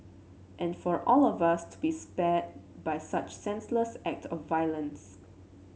and for all of us to be spared by such senseless act of violence